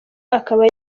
akaba